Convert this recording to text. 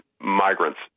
migrants